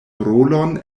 rolon